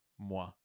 moi